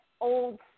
old